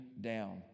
down